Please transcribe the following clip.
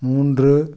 மூன்று